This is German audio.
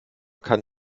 kann